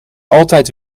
altijd